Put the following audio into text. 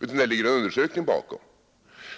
utan det ligger en undersökning bakom.